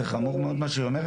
זה חמור מאוד מה שהיא אומרת,